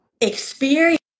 experience